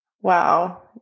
Wow